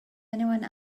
anyone